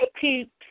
keep